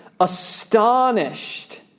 astonished